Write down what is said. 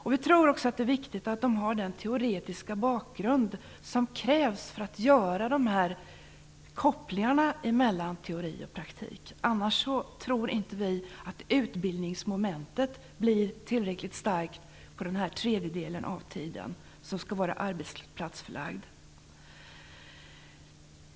Det är också viktigt att handledarna har den teoretiska bakgrund som krävs för att kunna göra dessa kopplingar mellan teori och praktik. Annars tror vi inte att utbildningsmomentet blir tillräckligt starkt för den tredjedel av tiden som skall vara arbetsplatsförlagd.